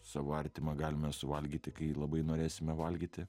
savo artimą galime suvalgyti kai labai norėsime valgyti